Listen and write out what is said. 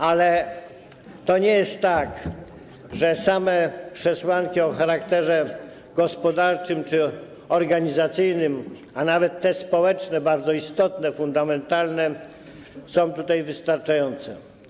Ale to nie jest tak, że same przesłanki o charakterze gospodarczym czy organizacyjnym, a nawet te społeczne, bardzo istotne, fundamentalne, są tutaj wystarczające.